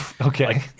Okay